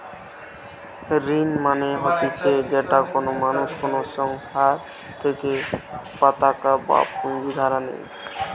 ঋণ মানে হতিছে যেটা কোনো মানুষ কোনো সংস্থার থেকে পতাকা বা পুঁজি ধার নেই